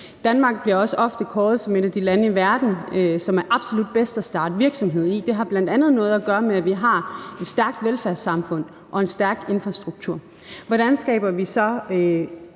Danmark bliver også ofte kåret som et af de lande i verden, som er absolut bedst at starte virksomhed i. Det har bl.a. noget at gøre med, at vi har et stærkt velfærdssamfund og en stærk infrastruktur. Hvordan skaber vi så